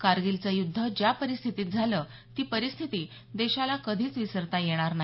कारगीलचं युद्ध ज्या परिस्थितीत झालं ती परिस्थिती देशाला कधीच विसरता येणार नाही